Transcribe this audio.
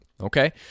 okay